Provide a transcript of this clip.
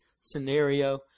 scenario